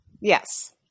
Yes